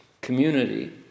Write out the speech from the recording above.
community